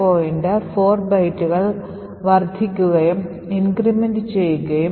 stack pointer 4 ബൈറ്റുകൾ വർദ്ധിക്കുകയും ചെയ്യും